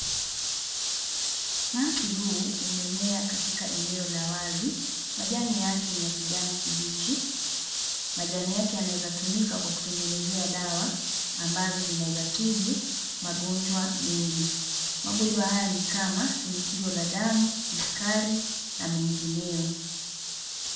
Mti huu umemea katika eneo la wazi. Majani yake ni ya kijani kibichi. Majani yake yanaweza tumika kwa kutegenezea dawa ambazo zinaweza tibu magonjwa mengi. Magonjwa haya ni kama shinikizo la damu, kisukari na mengineyo.